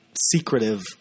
secretive